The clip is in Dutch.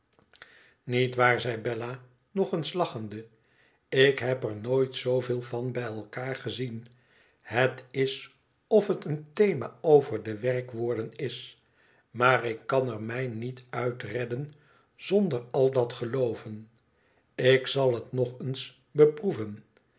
niet waar zei bella nog eens lachende ik heb er nooit zooveel van bij elkaar gezien het is of het een thema over de werkwoorden is maar ik kan er mij niet uitredden zonder al dat gelooven ik zal het nog eens beproeven